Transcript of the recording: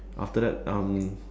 after that um